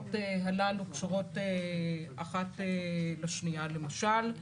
ההצעות הללו קשורות אחת בשנייה, למשל,